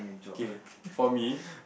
K for me